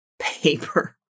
paper